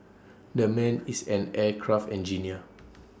that man is an aircraft engineer